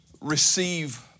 receive